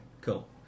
Cool